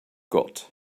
got